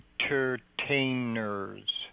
entertainers